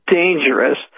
dangerous